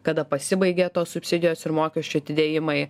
kada pasibaigia tos subsidijos ir mokesčių atidėjimai